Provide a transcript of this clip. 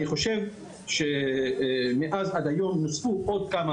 אני חושב שמאז ועד היום נוספו עוד כמה